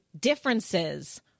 differences